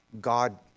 God